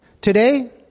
Today